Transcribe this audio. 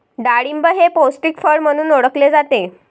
डाळिंब हे पौष्टिक फळ म्हणून ओळखले जाते